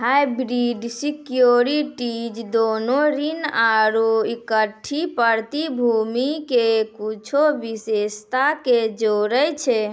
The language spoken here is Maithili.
हाइब्रिड सिक्योरिटीज दोनो ऋण आरु इक्विटी प्रतिभूति के कुछो विशेषता के जोड़ै छै